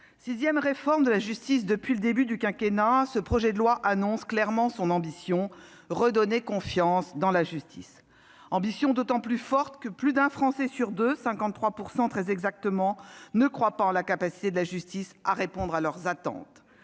sixième réforme de la justice depuis le début du quinquennat, annonce clairement son ambition : redonner confiance dans la justice. Ambition d'autant plus forte que plus d'un Français sur deux- très exactement 53 % -ne croit pas en la capacité de la justice à répondre à ses attentes